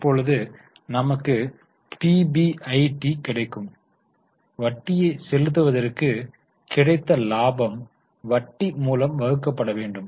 இப்பொழுது நமக்கு பிபிஐடி கிடைக்கும் வட்டியை செலுத்துவதற்கு கிடைத்த லாபம் வட்டி மூலம் வகுக்கப்பட வேண்டும்